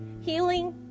Healing